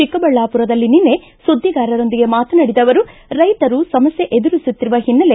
ಚಿಕ್ಕಬಳ್ಳಾಪುರದಲ್ಲಿ ನಿನ್ನೆ ಸುದ್ದಿಗಾರರೊಂದಿಗೆ ಮಾತನಾಡಿದ ಅವರು ರೈತರು ಸಮಸ್ಥೆ ಎದುರಿಸುತ್ತಿರುವ ಹಿನ್ನೆಲೆ